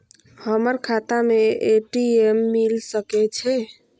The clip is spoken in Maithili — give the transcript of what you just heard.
हमर खाता में ए.टी.एम मिल सके छै?